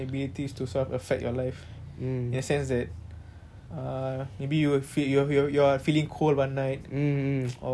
err maybe you would feel you you are feeling cold one night or you see something that is there but is not supposed to be there this kind of thing